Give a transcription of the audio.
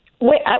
Wait